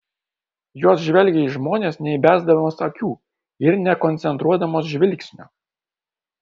jos žvelgia į žmones neįbesdamos akių ir nekoncentruodamos žvilgsnio